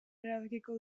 erabakiko